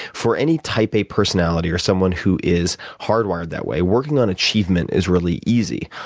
for any type a personality or someone who is hardwired that way, working on achievement is really easy.